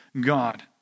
God